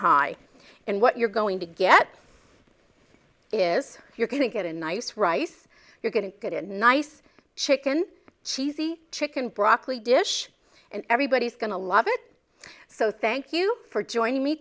high and what you're going to get it is if you're going to get a nice rice you're going to get a nice chicken cheesy chicken broccoli dish and everybody is going to love it so thank you for joining me